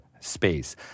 Space